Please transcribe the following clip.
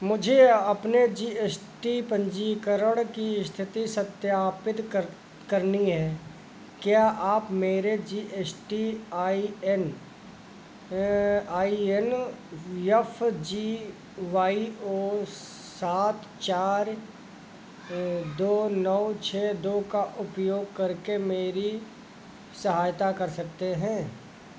मुझे अपने G S T पंजीकरण की स्थिति सत्यापित कर करनी है क्या आप मेरे G S T I N I N F G Y O सात चार दो नौ छः दो का उपयोग करके मेरी सहायता कर सकते हैं